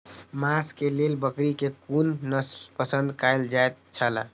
मांस के लेल बकरी के कुन नस्ल पसंद कायल जायत छला?